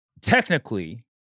technically